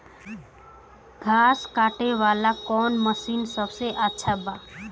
घास काटे वाला कौन मशीन सबसे अच्छा बा?